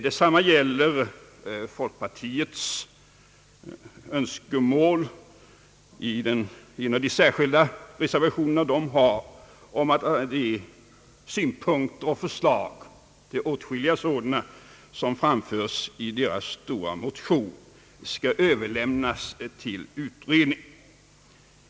Detsamma gäller folkpartiets önskemål i en av folkpartireservationerna att de synpunkter och förslag — det är åtskilliga sådana — som framförs i partiets stora motion skall överlämnas till utredningen.